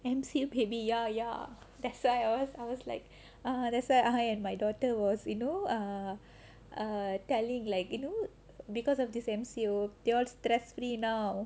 M_C_U baby ya ya that's why I was I was like ah that's why I and my daughter was you know err err telling like you know because of this same M_C_U they all stress free now